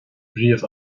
bpríomh